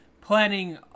planning